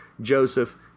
Joseph